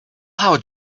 how